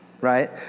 right